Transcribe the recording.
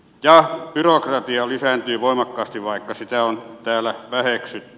ja byrokratia lisääntyy voimakkaasti vaikka sitä on täällä väheksytty